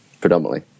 predominantly